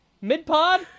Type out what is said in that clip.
Mid-pod